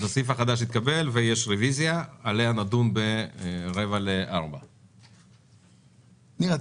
הסעיף החדש התקבל ויש רביזיה עליה נדון בשעה 15:45. נירה,